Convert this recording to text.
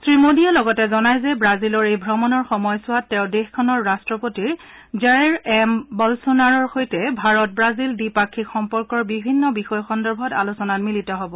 শ্ৰী মোডীয়ে লগতে জনায় যে ব্ৰাজিলৰ এই ভ্ৰমণৰ সময়ছোৱাত তেওঁ দেশখনৰ ৰাট্টপতি জইৰ এম বলছোনাৰ'ৰ সৈতে ভাৰত ৱাজিল দ্বিপাক্ষিক সম্পৰ্কৰ বিভিন্ন বিষয় সন্দৰ্ভত আলোচনাত মিলিত হব